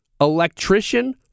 electrician